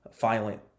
violent